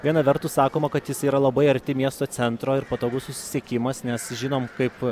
viena vertus sakoma kad jis yra labai arti miesto centro ir patogus susisiekimas nes žinom kaip